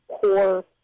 core